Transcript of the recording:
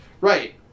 Right